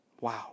Wow